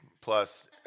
plus